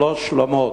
שלושה "שלומות"